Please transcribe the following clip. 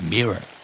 Mirror